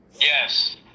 Yes